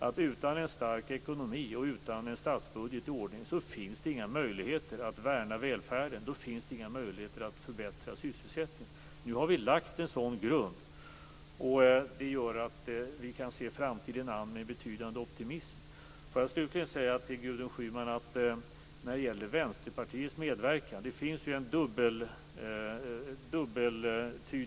Men utan en stark ekonomi och utan en statsbudget i ordning finns det inga möjligheter att värna välfärden. Då finns det inga möjligheter att förbättra sysselsättningen. Nu har en sådan grund lagts, och nu kan vi se framtiden an med en betydande optimism. Det finns en dubbeltydighet i Vänsterpartiets medverkan.